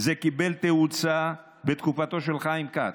זה קיבל תאוצה בתקופתו של חיים כץ.